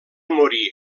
morir